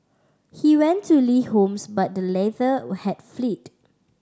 he went to Li homes but the latter had fled